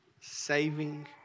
saving